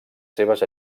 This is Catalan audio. seves